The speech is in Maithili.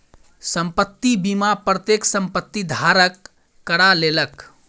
संपत्ति बीमा प्रत्येक संपत्ति धारक करा लेलक